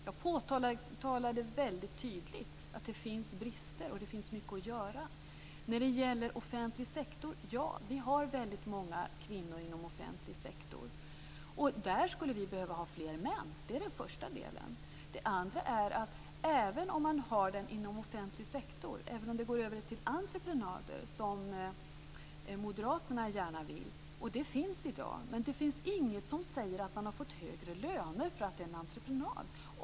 Jag påtalade väldigt tydligt att det finns brister och att det finns mycket att göra. När det gäller offentlig sektor: Ja, vi har väldigt många kvinnor inom offentlig sektor, och där skulle vi behöva ha fler män. Det är det första. Det andra är att även om man går över till entreprenader, som moderaterna gärna vill - det finns i dag - finns det inget som säger att man har fått högre löner för att det är en entreprenad.